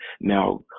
Now